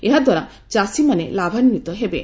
ଏହା ଦ୍ୱାରା ଚାଷୀମାନେ ଲାଭାନ୍ଧିତ ହେବେ